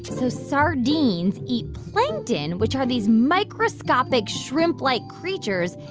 so sardines eat plankton, which are these microscopic, shrimp-like creatures.